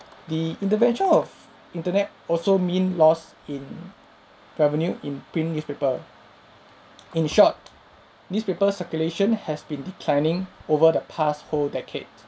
the intervention of internet also mean loss in revenue in print newspaper in short newspaper circulation has been declining over the past whole decade